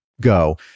go